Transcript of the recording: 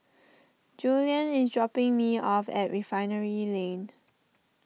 Julianne is dropping me off at Refinery Lane